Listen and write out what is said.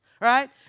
Right